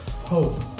hope